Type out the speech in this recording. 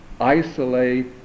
isolate